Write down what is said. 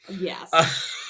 Yes